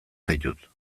zaitut